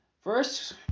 first